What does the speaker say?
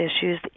issues